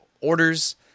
orders